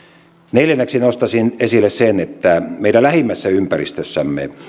neljänneksi nostaisin esille sen että meidän lähimmässä ympäristössämme